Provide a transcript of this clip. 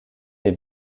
les